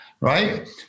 right